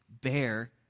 bear